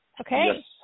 Okay